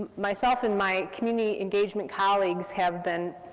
myself and my community engagement colleagues have been